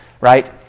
right